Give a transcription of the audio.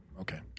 okay